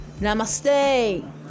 Namaste